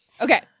Okay